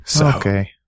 Okay